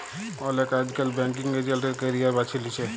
অলেকে আইজকাল banking agent এর ক্যারিয়ার বাছে লিছে